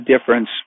difference